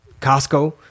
costco